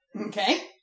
Okay